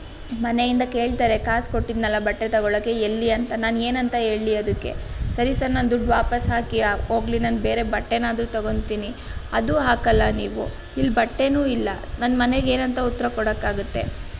ಮನೆಯಿಂದ ಕೇಳ್ತಾರೆ ಕಾಸು ಕೊಟ್ಟಿದ್ದೆನಲ್ಲ ಬಟ್ಟೆ ತೊಗೊಳೋಕ್ಕೆ ಎಲ್ಲಿ ಅಂತ ನಾನು ಏನಂತ ಹೇಳಲಿ ಅದಕ್ಕೆ ಸರಿ ಸರ್ ನನ್ನ ದುಡ್ಡು ವಾಪಸ್ ಹಾಕಿ ಹೋಗಲಿ ನಾನು ಬೇರೆ ಬಟ್ಟೆನಾದರೂ ತೊಗೊತೀನಿ ಅದೂ ಹಾಕಲ್ಲ ನೀವು ಇಲ್ಲಿ ಬಟ್ಟೆಯೂ ಇಲ್ಲ ನಾನು ಮನೆಗೆ ಏನಂತ ಉತ್ತರ ಕೊಡೋಕ್ಕಾಗತ್ತೆ